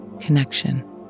connection